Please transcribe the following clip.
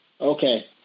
Okay